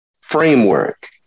framework